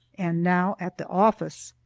and now at the office.